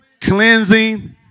cleansing